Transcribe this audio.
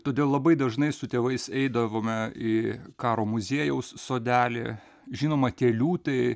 todėl labai dažnai su tėvais eidavome į karo muziejaus sodelį žinoma tie liūtai